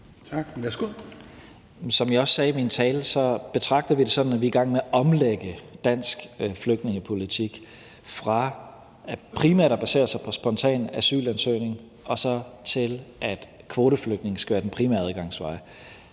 Som jeg også sagde i min tale, betragter vi det sådan, at vi er i gang med at omlægge dansk flygtningepolitik fra primært at basere sig på spontan asylansøgning og så til, at kvoteflygtninge skal være den primære adgangsvej.